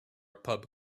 pub